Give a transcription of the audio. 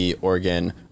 Oregon